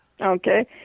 Okay